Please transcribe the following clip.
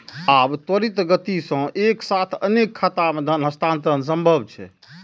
आब त्वरित गति सं एक साथ अनेक खाता मे धन हस्तांतरण संभव छै